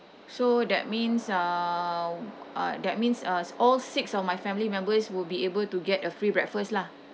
so that means uh uh that means uh all six of my family members will be able to get a free breakfast lah